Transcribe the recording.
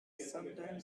sometime